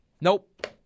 Nope